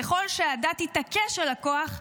ככל שהדת תתעקש על הכוח,